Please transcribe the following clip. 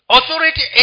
Authority